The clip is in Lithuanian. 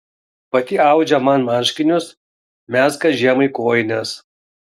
pati audžia man marškinius mezga žiemai kojines